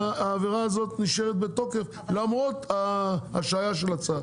העבירה הזאת נשארת בתוקף למרות ההשהיה של הצו.